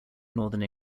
northern